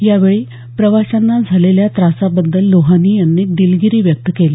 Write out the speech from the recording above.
यावेळी प्रवाशांना झालेल्या त्रासाबद्दल लोहानी यांनी दिलगिरी व्यक्त केली